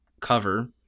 cover